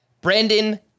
Brandon